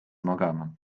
magama